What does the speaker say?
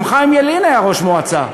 גם חיים ילין היה ראש מועצה.